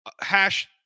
hash